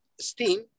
steam